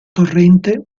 torrente